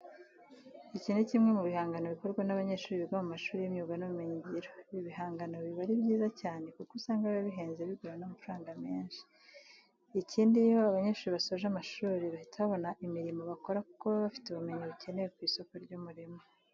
Iki ni kimwe mu bihangano bikorwa n'abanyeshuri biga mu mashuri y'imyuga n'ubumenyingiro. Ibi bigangano biba ari byiza cyane kuko usanga biba bihenze bigura amafaranga menshi. Ikindi iyo aba banyeshuri basoje amashuri bahita babona imirimo bakora kuko baba bafite ubumenyi bukenewe ku isoko ry'umurimo.